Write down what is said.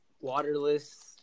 waterless